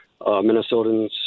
Minnesotans